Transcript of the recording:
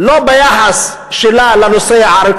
לא ביחס שלה לנוסע הערבי,